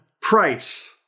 price